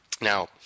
Now